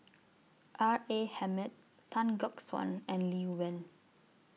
R A Hamid Tan Gek Suan and Lee Wen